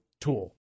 tool